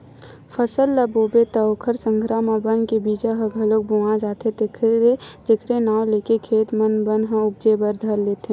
फसल ल बोबे त ओखर संघरा म बन के बीजा ह घलोक बोवा जाथे जेखर नांव लेके खेत म बन ह उपजे बर धर लेथे